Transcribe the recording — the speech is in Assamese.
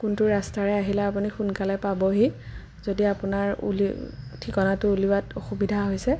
কোনটো ৰাস্তাৰে আহিলে আপুনি সোনকালে পাবহি যদি আপোনাৰ উলি ঠিকনাটো উলিওৱাত অসুবিধা হৈছে